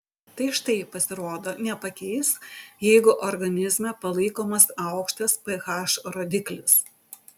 tai štai pasirodo nepakeis jeigu organizme palaikomas aukštas ph rodiklis